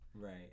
Right